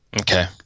Okay